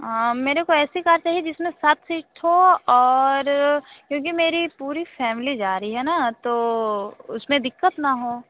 हाँ मेरेको ऐसी कार चाहिए जिसमें सात सीट हो और क्योंकि मेरी पूरी फ़ैमली जा रही है ना तो उसमें दिक़्क़त ना हो